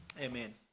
amen